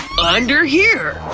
under here!